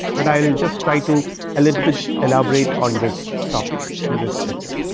but i will just try to a little bit elaborate on this topic, in this lecture.